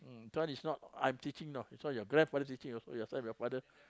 mm is not I'm teaching know it's what your grandfather's teaching your side of your father